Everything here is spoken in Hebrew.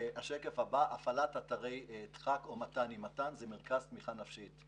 הפעלת אתרי דחק או מת"נים מרכזי תמיכה נפשית: